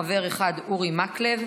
חבר אחד: אורי מקלב,